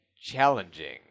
challenging